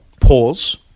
pause